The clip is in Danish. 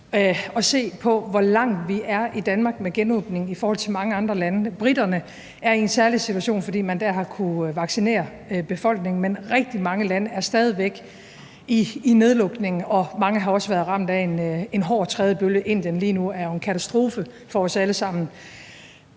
og set, hvor langt vi er i Danmark med genåbningen i forhold til mange andre lande. Briterne er i en særlig situation, fordi man der har kunnet vaccinere befolkningen, men rigtig mange lande er stadig væk i nedlukning, og mange har også været ramt af en hård tredje bølge; situationen i Indien lige nu er jo en katastrofe for os alle sammen.